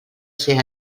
ser